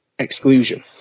exclusion